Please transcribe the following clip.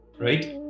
Right